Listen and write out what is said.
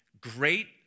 great